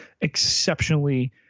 exceptionally